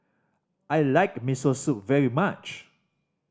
I like Miso Soup very much